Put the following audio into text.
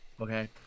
Okay